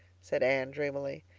said anne dreamily.